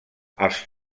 els